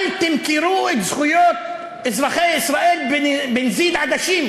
"אל תמכרו את זכויות אזרחי ישראל בנזיד עדשים",